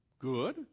good